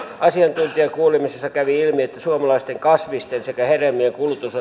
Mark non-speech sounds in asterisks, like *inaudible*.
asiantuntijakuulemisessa kävi ilmi että suomalaisten kasvisten sekä hedelmien kulutus *unintelligible*